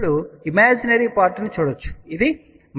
ఇప్పుడు imaginary part ను చూడవచ్చు ఇది j 0